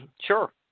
Sure